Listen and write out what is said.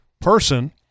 person